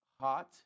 hot